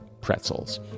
pretzels